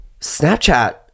Snapchat